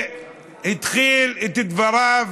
התחיל את דבריו